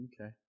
okay